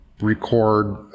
record